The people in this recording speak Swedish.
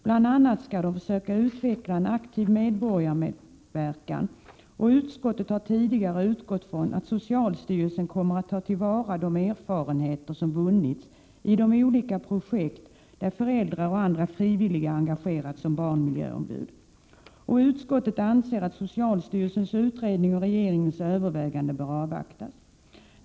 Bl.a. skall de försöka utveckla en aktiv medborgarmedverkan och utskottet har tidigare utgått från att socialstyrelsen kommer att ta till vara de erfarenheter som vunnits i de olika projekt där föräldrar och andra frivilliga engagerats som barnmiljöombud. Utskottet anser att socialstyrelsens utredning och regeringens övervägande bör avvaktas.